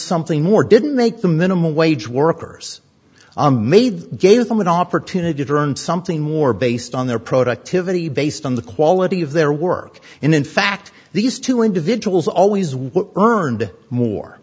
something more didn't make the minimum wage workers a made gave them an opportunity to earn something more based on their productivity based on the quality of their work in fact these two individuals always what earned more